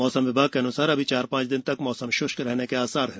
मौसम विभाग के अन्सार अभी चार ांच दिन तक मौसम शुष्क रहने के आसार हैं